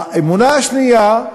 האמונה השנייה,